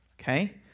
okay